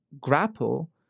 grapple